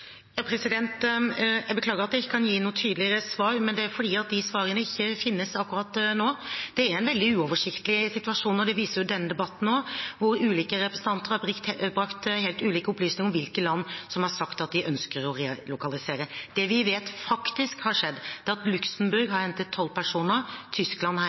Jeg beklager at jeg ikke kan gi et tydeligere svar, men det er fordi de svarene ikke finnes akkurat nå. Det er en veldig uoversiktlig situasjon. Det viser denne debatten også, hvor ulike representanter har kommet med helt ulike opplysninger om hvilke land som har sagt at de ønsker å relokalisere. Det vi vet har skjedd, er at Luxembourg har hentet 12 personer, Tyskland